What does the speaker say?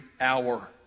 hour